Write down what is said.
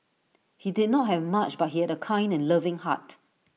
he did not have much but he had A kind and loving heart